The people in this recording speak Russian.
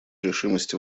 решимости